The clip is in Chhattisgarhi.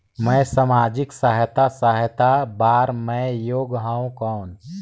मैं समाजिक सहायता सहायता बार मैं योग हवं कौन?